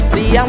See